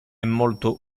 molto